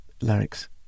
larynx